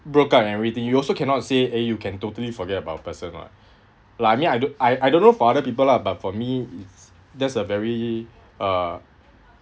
broke up and everything you also cannot say eh you can totally forget about a person lah like me I don't I I don't know for other people lah but for me that's a very uh